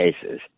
cases